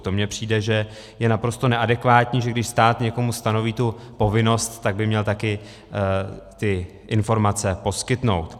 To mi přijde, že je naprosto neadekvátní, že když stát někomu stanoví tu povinnost, tak by měl taky ty informace poskytnout.